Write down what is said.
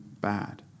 bad